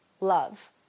love